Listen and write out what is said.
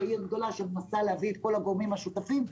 כעיר גדולה שמנסה להביא את כל הגורמים השותפים,